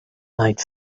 night